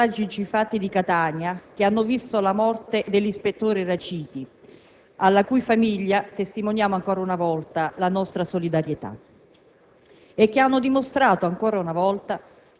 Esso nasce, come è noto, nel contesto dei tragici fatti di Catania che hanno visto la morte dell'ispettore Raciti, alla cui famiglia testimoniamo ancora una volta la nostra solidarietà,